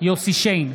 יוסף שיין,